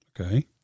Okay